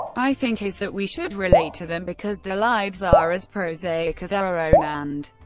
i think, is that we should relate to them, because their lives are as prosaic as our own, and,